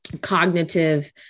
cognitive